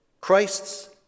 Christ's